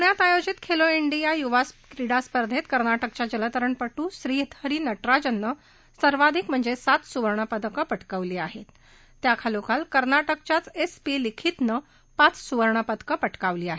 पुण्यात आयोजित खेलो डिया युवा क्रीडा स्पर्धेत कर्नाटकचा जलतरणपटू श्रीहरी नटराजनं सर्वाधिक म्हणजे सात सुवर्णपदकं पटकावली आहेत त्याच्याखालोखाल कर्नाटकाच्याचं एस पी लिखीतनं पाच सुवर्णपदकं पटकावली आहेत